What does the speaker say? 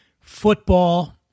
football